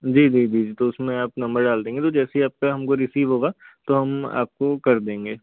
जी जी जी तो उसमें आप नंबर डाल देंगे तो जैसे ही आपका हमको रिसीव होगा हम आपको कर देंगे